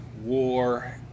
war